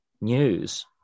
news